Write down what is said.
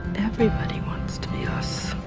everybody wants to be us.